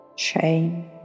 Shame